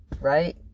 right